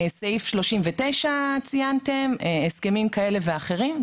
ציינתם את סעיף 39. הסכמים כאלה ואחרים.